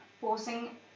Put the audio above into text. forcing